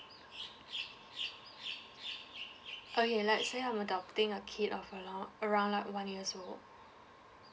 okay let's say I'm adopting a kid of alon~ around like one years old